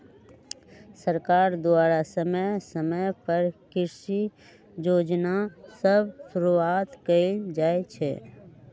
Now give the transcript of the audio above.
सरकार द्वारा समय समय पर कृषि जोजना सभ शुरुआत कएल जाइ छइ